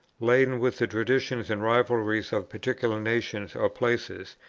laden with the traditions and rivalries of particular nations or places,